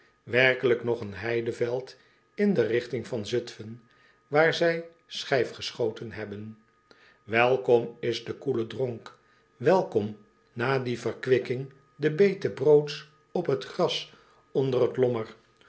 werkelijk nog een heideveld in de rigting van zutfen waar zij schijf geschoten hebben welkom is de koele dronk welkom na die verkwikking de bete broods op het gras onder het lommer